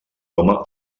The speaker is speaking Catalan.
home